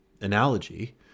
analogy